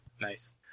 Nice